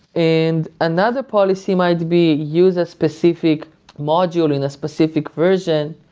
and another policy might be use a specific module and a specific version.